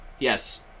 Yes